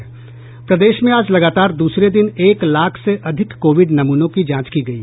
प्रदेश में आज लगातार द्रसरे दिन एक लाख से अधिक कोविड नमूनों की जांच की गयी